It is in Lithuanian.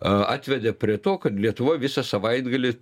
a atvedė prie to kad lietuvoj visą savaitgalį